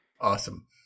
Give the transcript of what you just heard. Awesome